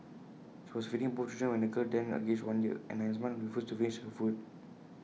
she was feeding both children when the girl then aged one year and nine months refused to finish her food